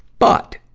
but,